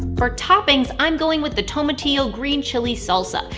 for toppings, i'm going with the tomatillo green-chili salsa.